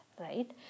Right